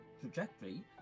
trajectory